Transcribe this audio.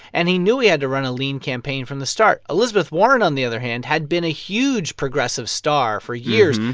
and he knew he had to run a lean campaign from the start. elizabeth warren, on the other hand, had been a huge progressive star for years.